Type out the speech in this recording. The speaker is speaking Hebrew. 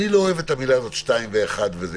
אני לא אוהב את המילה הזאת שניים ואחד וזה,